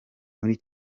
muri